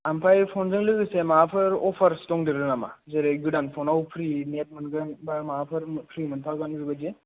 ओमफ्राय फनजों लोगोसे माबाफोर अफारस दंदेरो नामा जेरै गोदान फनाव फ्रि नेट मोनगोन बा माबाफोर फ्रि मोनफागोन बेबायदि